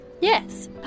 Yes